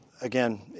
again